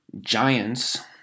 giants